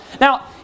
now